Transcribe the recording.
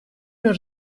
non